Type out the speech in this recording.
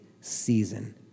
season